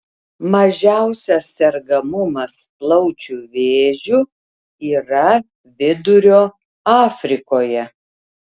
mažiausias sergamumas plaučių vėžiu yra vidurio afrikoje